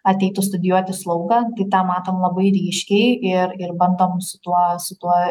ateitų studijuoti slaugą tai tą matom labai ryškiai ir ir bandom su tuo su tuo